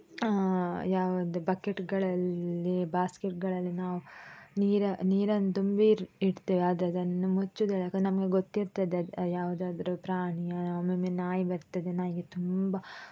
ಯಾವ್ದು ಬಕೆಟುಗಳಲ್ಲಿ ಬಾಸ್ಕೆಟುಗಳಲ್ಲಿ ನಾವು ನೀರ ನೀರನ್ನು ತುಂಬಿ ಇರ ಇಡ್ತೇವೆ ಆದರೆ ಅದನ್ನು ಮುಚ್ಚುದಿಲ್ಲ ಯಾಕೆಂದ್ರೆ ನಮಗೆ ಗೊತ್ತಿರ್ತದೆ ಅದು ಯಾವುದಾದ್ರೂ ಪ್ರಾಣಿಯೋ ಒಮ್ಮೊಮ್ಮೆ ನಾಯಿ ಬರ್ತದೆ ನಾಯಿಗೆ ತುಂಬ